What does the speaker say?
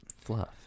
Fluff